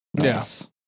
Yes